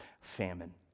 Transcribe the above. famine